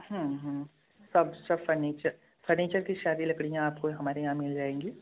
सब सब furniture furniture की सारी लकड़ियाँ आपको हमारे यहाँ मिल जाएँगी